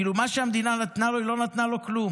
כאילו, מה שהמדינה נתנה לו, היא לא נתנה לו כלום.